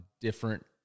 different